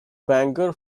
banker